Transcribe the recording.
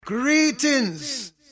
Greetings